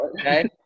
Okay